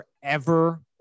forever